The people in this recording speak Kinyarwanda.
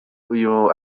uyu